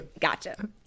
Gotcha